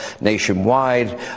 nationwide